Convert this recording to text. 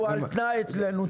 הוא על תנאי אצלנו,